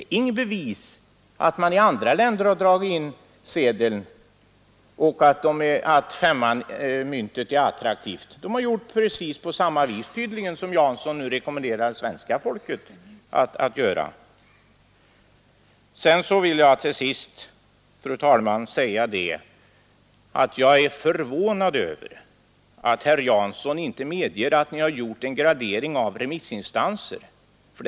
Och att myntet påstås vara attraktivt i andra länder är inget bevis på motsatsen. Där har man tydligen gjort på precis samma sätt som herr Jansson nu rekommenderar att vi skall göra, alltså att dra in en sedel och behålla myntet. Till sist är jag också förvånad över att herr Jansson inte medger att utskottet har gjort en gradering av remissinstanserna.